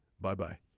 Bye-bye